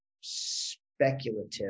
speculative